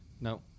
no